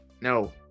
no